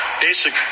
basic